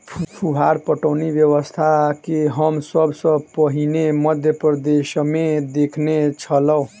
फुहार पटौनी व्यवस्था के हम सभ सॅ पहिने मध्य प्रदेशमे देखने छलौं